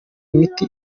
imiti